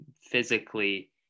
physically